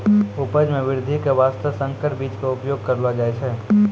उपज मॅ वृद्धि के वास्तॅ संकर बीज के उपयोग करलो जाय छै